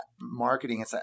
marketing